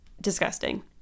Disgusting